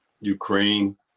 Ukraine